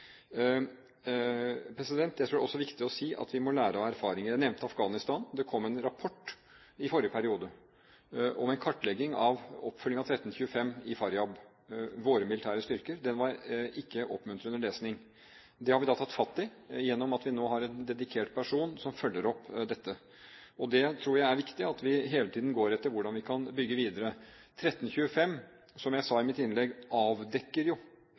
Jeg tror også det er viktig å si at vi må lære av erfaringer. Jeg nevnte Afghanistan. Det kom en rapport i forrige periode om en kartlegging av oppfølging av 1325 i Faryab – våre militære styrker. Den var ikke oppmuntrende lesning. Det har vi tatt fatt i gjennom at vi nå har en dedikert person som følger opp dette. Og jeg tror det er viktig at vi hele tiden går etter hvordan vi kan bygge videre. Som jeg sa i mitt innlegg, avdekker